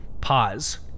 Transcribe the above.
Pause